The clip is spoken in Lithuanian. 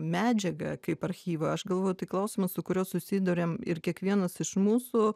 medžiagą kaip archyvą aš galvoju tai klausimas su kuriuo susiduriam ir kiekvienas iš mūsų